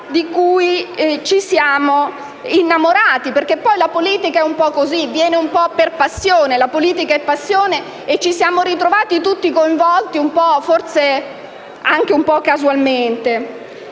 di cui ci siamo innamorati. La politica è un po' così, viene un po' per passione - la politica è passione - e ci siamo ritrovati tutti coinvolti forse anche un po' casualmente.